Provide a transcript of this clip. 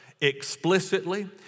explicitly